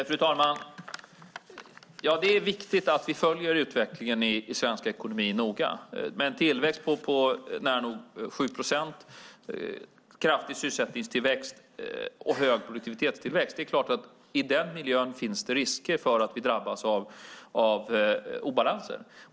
Fru talman! Ja, det är viktigt att vi följer utvecklingen i svensk ekonomi noga. Med en tillväxt på nära 7 procent, kraftig sysselsättningstillväxt och hög produktivitetstillväxt är det klart att det i den miljön finns risker för att vi drabbas av obalanser.